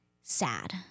sad